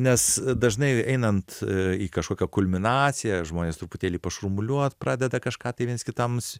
nes dažnai einant į kažkokią kulminaciją žmones truputėlį pašurmuliuot pradeda kažką tai viens kitams